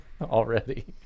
already